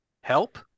help